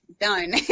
done